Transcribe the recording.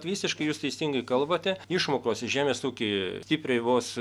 visiškai jūs teisingai kalbate išmokos žemės ūky stipriai vos